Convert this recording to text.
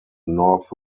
north